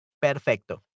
Perfecto